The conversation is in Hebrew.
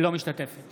אינה משתתפת